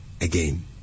again